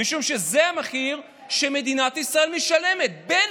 משום שזה המחיר שמדינת ישראל משלמת בין